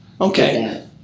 Okay